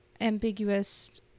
ambiguous